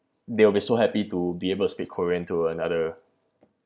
they'll be so happy to be able to speak korean to another